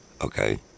okay